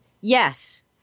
yes